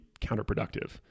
counterproductive